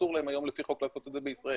אסור להם היום לפי חוק לעשות את זה בישראל.